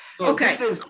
Okay